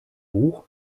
buch